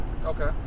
Okay